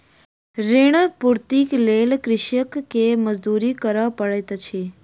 ऋण पूर्तीक लेल कृषक के मजदूरी करअ पड़ैत अछि